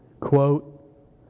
Quote